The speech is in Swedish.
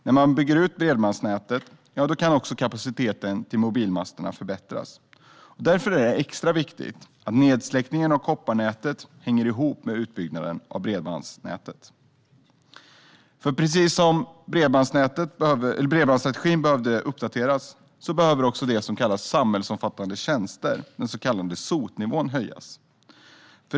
När man bygger ut bredbandsnätet kan mobilmasternas kapacitet förbättras. Därför är det extra viktigt att nedsläckningen av kopparnätet hänger ihop med utbyggnaden av bredbandsnätet. Precis som bredbandsstrategin behövde uppdateras behöver det som kallas samhällsomfattande tjänster, den så kallade SOT-nivån, höjas.